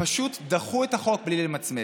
פשוט דחו את החוק בלי למצמץ.